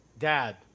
Dad